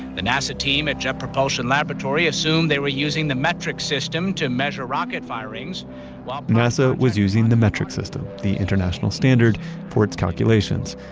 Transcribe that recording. the nasa team at jet propulsion laboratory assume they were using the metric system to measure rocket firings while, nasa was using the metric system, the international standard for its calculations,